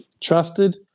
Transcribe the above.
trusted